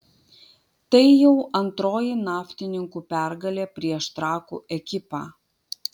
tai jau antroji naftininkų pergalė prieš trakų ekipą